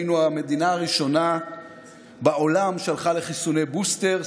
היינו המדינה הראשונה בעולם שהלכה לחיסוני בוסטר.